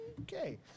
Okay